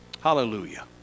Hallelujah